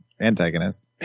antagonist